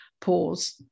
pause